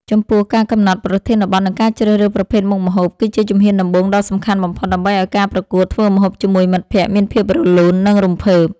ចំពោះ ការកំណត់ប្រធានបទ និងការជ្រើសរើសប្រភេទមុខម្ហូប គឺជាជំហានដំបូងដ៏សំខាន់បំផុត ដើម្បីឱ្យការប្រកួតធ្វើម្ហូបជាមួយមិត្តភក្តិមានភាពរលូន និងរំភើប។